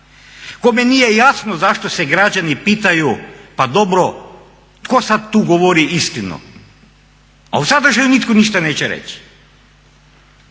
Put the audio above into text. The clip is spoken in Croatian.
kome nije jasno zašto se građani pitaju pa dobro tko tu sada govori istinu, a u sadržaju nitko ništa neće reći,